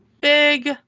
big